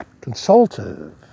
consultative